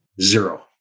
Zero